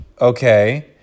okay